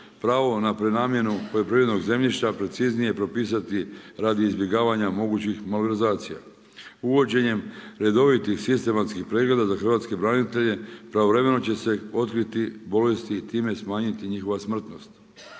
Pravno na prenamjenu poljoprivrednog zemljišta, preciznije prepisati radi izbjegavanja mogućih malverzacija. Uvođenjem redovitih sistematskih pregleda za hrvatske branitelje, pravovremeno će se otkriti bolesti i time smanjiti njihova smrtnost.